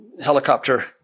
helicopter